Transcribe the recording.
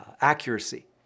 accuracy